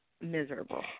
miserable